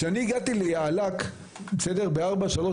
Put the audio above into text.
כשאני הגעתי ליאל"כ ב-433,